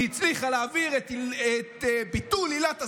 היא הצליחה להעביר את ביטול עילת הסבירות.